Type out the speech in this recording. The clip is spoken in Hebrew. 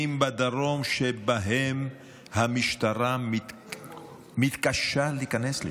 יישובים בדרום שהמשטרה מתקשה להיכנס לשם.